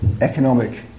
economic